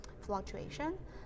fluctuation